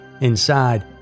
Inside